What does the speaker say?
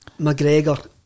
McGregor